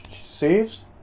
saves